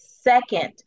second